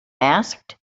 asked